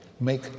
make